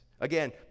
Again